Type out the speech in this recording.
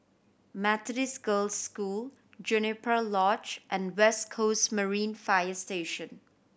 Methodist Girls' School Juniper Lodge and West Coast Marine Fire Station